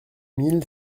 mille